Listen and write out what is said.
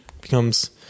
becomes